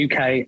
UK